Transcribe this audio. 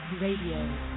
Radio